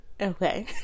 Okay